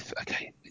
okay